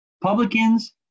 Publicans